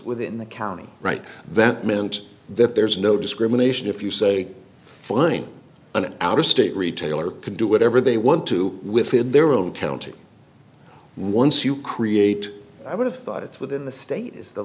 within the county right that meant there's no discrimination if you say find an out of state retailer can do whatever they want to within their own county once you create i would have thought it's within the state is the